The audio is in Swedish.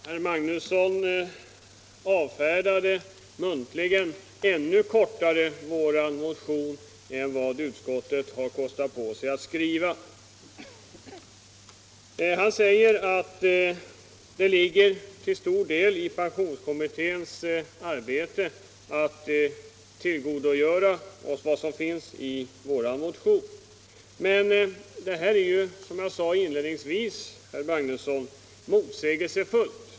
Herr talman! Herr Magnusson i Nennesholm avfärdade muntligen ännu kortare vår motion än utskottet kostat på sig att göra skriftligen. Herr Magnusson säger att det till stor del ligger i pensionskommitténs arbete att tillgodose kraven i vår motion. Men detta är, som jag sade inledningsvis, motsägelsefullt.